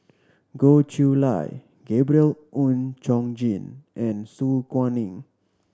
Goh Chiew Lye Gabriel Oon Chong Jin and Su Guaning